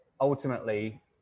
ultimately